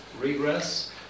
Regress